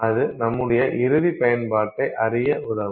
அது நம்முடைய இறுதிப் பயன்பாட்டை அறிய உதவும்